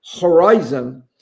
horizon